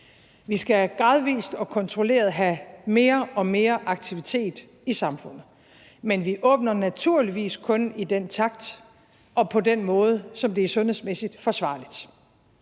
Vi skal gradvist og kontrolleret have mere og mere aktivitet i samfundet, men vi åbner naturligvis kun i den takt og på den måde, som det er sundhedsmæssigt forsvarligt.